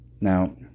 Now